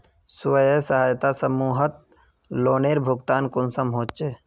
स्वयं सहायता समूहत लोनेर भुगतान कुंसम होचे?